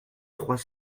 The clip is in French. trois